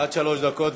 עד שלוש דקות.